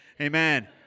Amen